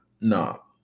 No